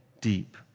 deep